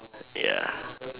ya